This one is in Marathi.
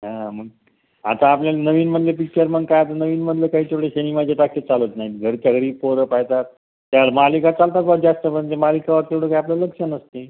हा मग आता आपल्याला नवीन म्हणजे पिक्चर मग काय नवीन म्हणलं तर काय तेवढं सिनेमाच्या टाकीज चालत नाही घरच्या घरी पोरं पाहतात त्या मालिका चालतात बुवा जास्त म्हणजे मालिकावर तेवढं काय आपलं लक्ष नसते